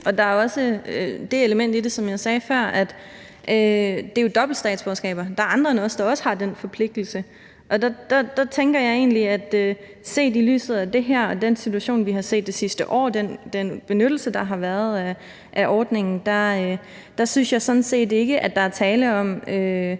Der er også det element i det, som jeg sagde før, at det jo er dobbelte statsborgerskaber. Der er andre end os, der også har den forpligtigelse. Set i lyset af det her og den situation, vi har set det sidste år, og den benyttelse, der har været af ordningen, synes jeg sådan set ikke, der er tale om